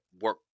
work